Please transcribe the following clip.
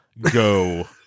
go